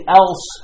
else